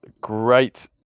great